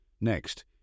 Next